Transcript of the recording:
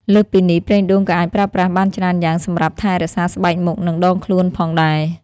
លើសពីនេះ ប្រេងដូងក៏អាចប្រើប្រាស់បានច្រើនយ៉ាងសម្រាប់ ថែរក្សាស្បែកមុខ និងដងខ្លួន ផងដែរ។